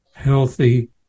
healthy